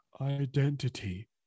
identity